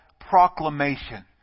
proclamation